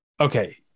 Okay